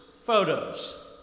photos